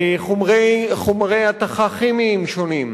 חומרי התכה כימיים שונים,